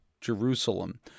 Jerusalem